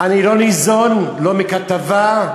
אני לא ניזון מכתבה,